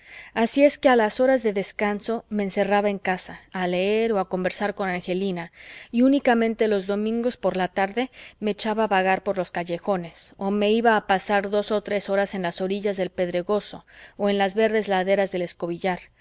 así es que a las horas de descanso me encerraba en casa a leer o a conversar con angelina y únicamente los domingos por la tarde me echaba a vagar por los callejones o me iba a pasar dos o tres horas en las orillas del pedregoso o en las verdes laderas del escobillar